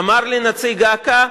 אמר לי נציג אכ"א: